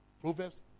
proverbs